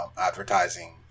advertising